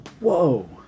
Whoa